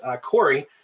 Corey